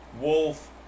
Wolf